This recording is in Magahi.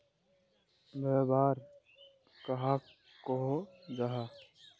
व्यापार कहाक को जाहा?